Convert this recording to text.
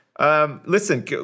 Listen